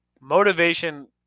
motivation